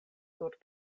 sur